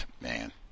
Man